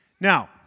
Now